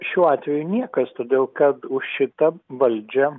šiuo atveju niekas todėl kad už šitą valdžią